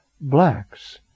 blacks